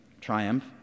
triumph